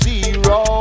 Zero